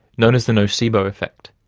known as the nocebo effect.